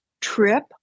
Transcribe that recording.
trip